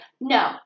no